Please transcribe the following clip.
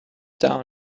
down